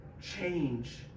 change